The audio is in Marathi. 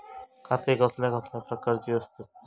खाते कसल्या कसल्या प्रकारची असतत?